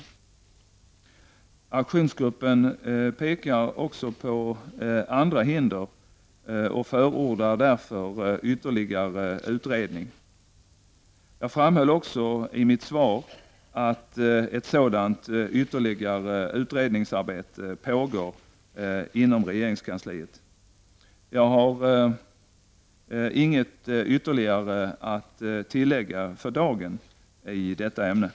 Aktionsgruppen pekar också på andra hinder och förordar därför ytterligare utredning. Jag framhöll också i mitt svar att ett sådant ytterligare utredningsarbete pågår inom regeringskansliet. Jag har inget ytterligare att tillägga för dagen i detta ärende.